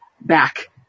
back